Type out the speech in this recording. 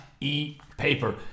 e-paper